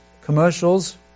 commercials